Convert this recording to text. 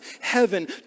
heaven